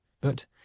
But—